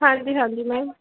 ਹਾਂਜੀ ਹਾਂਜੀ ਮੈਮ